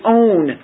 own